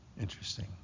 Interesting